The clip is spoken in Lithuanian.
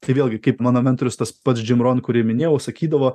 tai vėlgi kaip mano mentorius tas pats džim ron kurį minėjau sakydavo